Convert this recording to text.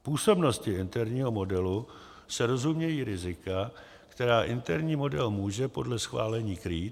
Působností interního modelu se rozumějí rizika, která interní model může podle schválení krýt.